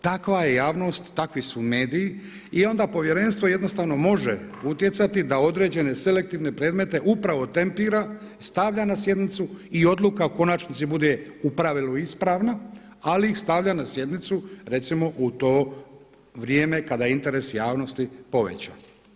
Takva je javnost, takvi su mediji i onda povjerenstvo jednostavno može utjecati da određene selektivne predmete upravo tempira, stavlja na sjednicu i odluka u konačnici bude u pravilu isprava, ali ih stavlja na sjednicu recimo u to vrijeme kada je interes javnosti povećan.